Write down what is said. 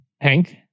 Hank